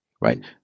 right